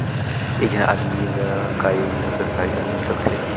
एक झन आदमी ला काय योजना कर फायदा मिल सकथे?